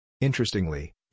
Interestingly